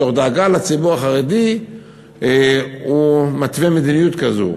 מתוך דאגה לציבור החרדי הוא מתווה מדיניות כזאת.